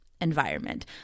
environment